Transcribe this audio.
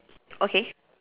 okay